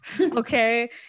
okay